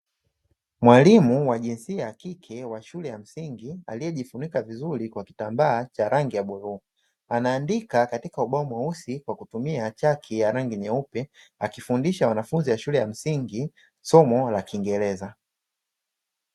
Mwalimu wa jinsia ya kike wa shule ya msingi aliyejifunika vizuri kwa kitambaa cha rangi ya bluu, anaandika katika ubao mweusi kwa kutumia chaki ya rangi nyeupe, akifundisha mafunzo ya shule ya msingi somo la kingereza.